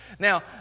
Now